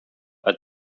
are